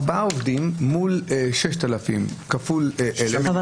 ארבעה עובדים מול 6,000 כפול 1,000. 6 מיליון.